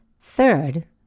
Third